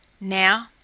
Now